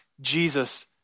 Jesus